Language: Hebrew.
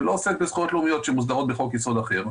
ולא עוסק בזכויות לאומיות שמוסדרות בחוק יסוד אחר,